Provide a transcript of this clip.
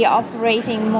operating